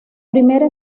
primera